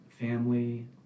family